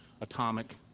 Atomic